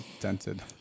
dented